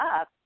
up